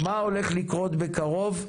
מה הולך לקרות בקרוב?